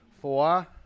Four